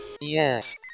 Yes